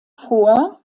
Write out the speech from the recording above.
vor